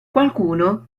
qualcuno